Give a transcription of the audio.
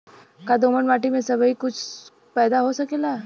का दोमट माटी में सबही कुछ पैदा हो सकेला?